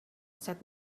said